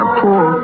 poor